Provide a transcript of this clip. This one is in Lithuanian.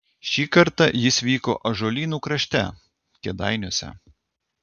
šį kartą jis vyko ąžuolynų krašte kėdainiuose